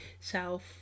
self